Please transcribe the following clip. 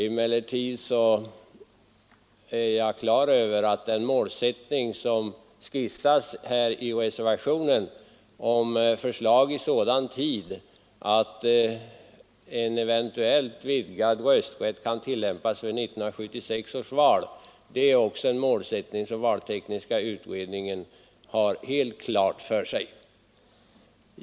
Emellertid är jag klar över att den målsättning som skissas i reservationen, om förslag i sådan tid att en eventuell vidgad rösträtt kan tillämpas vid 1976 års val, är något som också valtekniska utredningen har helt klart för sig.